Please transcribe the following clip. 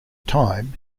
time